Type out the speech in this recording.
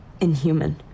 inhuman